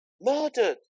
Murdered